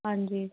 ਹਾਂਜੀ